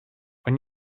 when